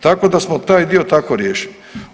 Tako da smo taj dio tako riješili.